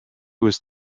was